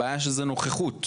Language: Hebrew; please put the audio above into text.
הבעיה שזו נוכחות,